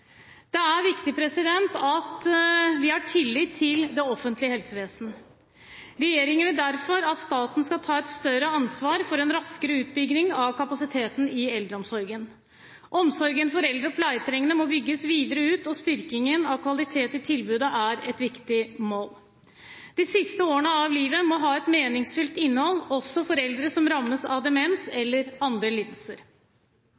Det er viktig at vi har tillit til det offentlige helsevesenet. Regjeringen vil derfor at staten skal ta et større ansvar for en raskere utbygging av kapasiteten i eldreomsorgen. Omsorgen for eldre og pleietrengende må bygges videre ut, og styrkingen av kvalitet i tilbudet er et viktig mål. De siste årene av livet må ha et meningsfylt innhold også for eldre som rammes av demens